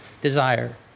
desire